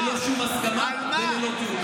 ללא שום הסכמה וללא תיאום.